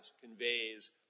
conveys